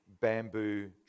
bamboo